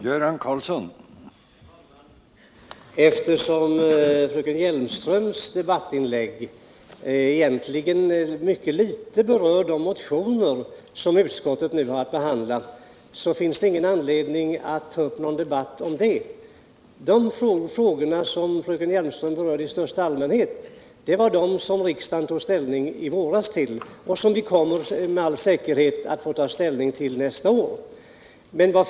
Herr talman! Eftersom fröken Hjelmströms debattinlägg egentligen mycket litet berörde de motioner som utskottet nu har att behandla, finns det ingen anledning att ta upp någon debatt. De frågor som fröken Hjelmström berörde i största allmänhet tog riksdagen ställning till i våras, och vi kommer med all säkerhet att ta ställning till dem också nästa år.